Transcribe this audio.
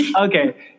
okay